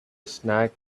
snack